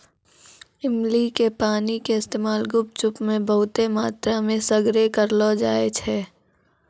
इमली के पानी के इस्तेमाल गुपचुप मे बहुते मात्रामे सगरे करलो जाय छै